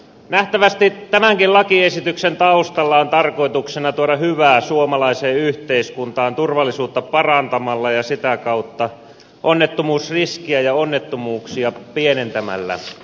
nähtävästi tämänkin lakiesityksen taustalla on tarkoituksena tuoda hyvää suomalaiseen yhteiskuntaan turvallisuutta parantamalla ja sitä kautta onnettomuusriskiä ja onnettomuuksia pienentämällä